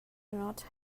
not